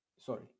Sorry